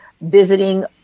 visiting